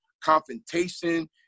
confrontation